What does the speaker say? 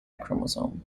chromosome